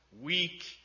weak